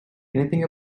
anything